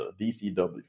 DCW